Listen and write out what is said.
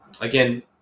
again